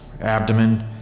Abdomen